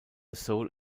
soul